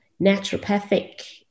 naturopathic